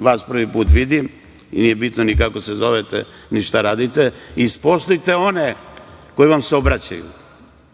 vas prvi put vidim, nije bitno ni kako se zovete, ni šta radite, ispoštujte one koji vam se obraćaju,